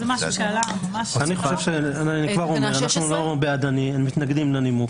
אני כבר אומר שאנחנו מתנגדים לנימוק.